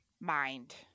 mind